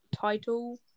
title